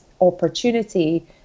opportunity